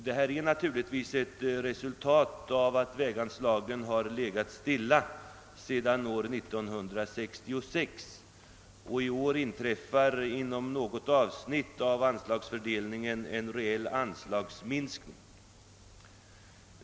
Detta är naturligtvis ett resultat av att väganslagen inte höjts sedan 1966. I år inträffar beträffande något avsnitt en reell minskning.